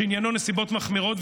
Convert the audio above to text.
שעניינו נסיבות מחמירות,